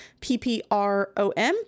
PPROM